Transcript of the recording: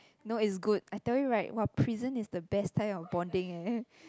no it's good I tell you [right] !wah! prison is the best kind of bonding eh